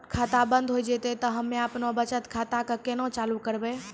खाता बंद हो जैतै तऽ हम्मे आपनौ बचत खाता कऽ केना चालू करवै?